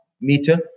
meter